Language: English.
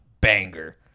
banger